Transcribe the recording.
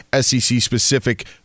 SEC-specific